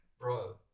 Bro